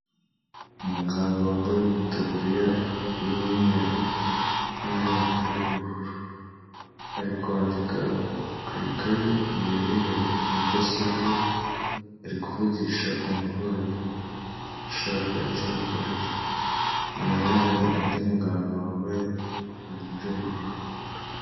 Umuganga wambaye itaburiya y'umweru n'undi mupira w'ubururu ari kwandika ku ikaye imbere ye hari mudasobwa ari kuvugisha umurwayi ashaka icyo amukorera inyuma ye hari undi muganga wambaye ibintu by'ubururu.